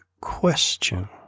question